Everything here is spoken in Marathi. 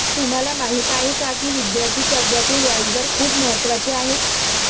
तुम्हाला माहीत आहे का की विद्यार्थी कर्जाचे व्याजदर खूप महत्त्वाचे आहेत?